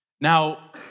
Now